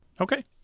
Okay